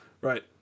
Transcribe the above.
Right